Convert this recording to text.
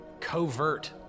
covert